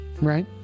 Right